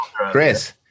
Chris